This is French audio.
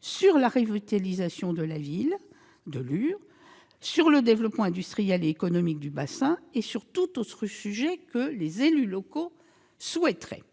sur la revitalisation de la ville de Lure, sur le développement industriel et économique du bassin et sur tout autre sujet que les élus locaux souhaiteraient traiter.